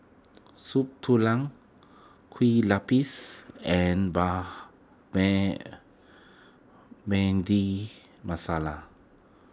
Soup Tulang Kue Lupis and Masala